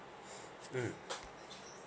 mm